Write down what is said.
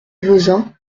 vezin